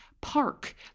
park